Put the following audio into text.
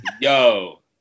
yo